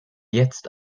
jetzt